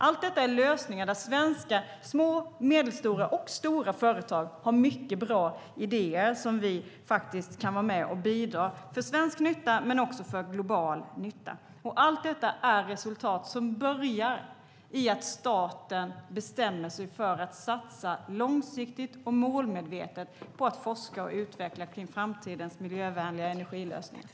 Allt detta är lösningar där svenska små, medelstora och stora företag har mycket bra idéer. Vi kan faktiskt vara med och bidra. Det är till svensk nytta men också till global nytta. Allt detta är resultat som börjar med att staten bestämmer sig för att satsa långsiktigt och målmedvetet på att forska och utveckla när det gäller framtidens miljövänliga energilösningar.